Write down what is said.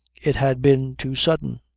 it had been too sudden.